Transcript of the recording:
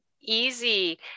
easy